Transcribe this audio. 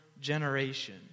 generation